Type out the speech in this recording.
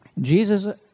Jesus